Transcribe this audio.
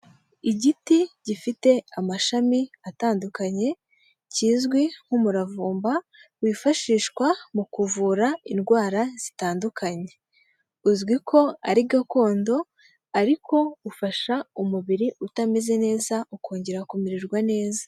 Igiti gifite amashami atandukanye kizwi nk'umuravumba wifashishwa mu kuvura indwara zitandukanye, uzwi ko ari gakondo ariko ufasha umubiri utameze neza ukongera kumererwa neza.